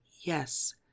Yes